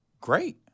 great